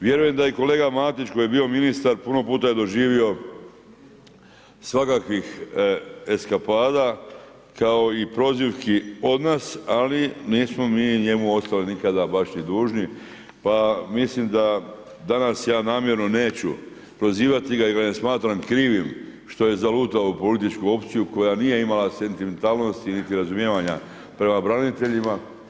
Vjerujem da i kolega Matić koji je bio ministar puno puta je doživio svakakvih eskapada, kao i prozivki od nas, ali nismo mi njemu ostali nikada baš i dužni, pa mislim da danas ja namjerno neću prozivati ga jer ga ne smatram krivim, što je zalutao u političku opciju koja nije imala sentimentalnost niti razumijevanja prema braniteljima.